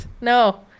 No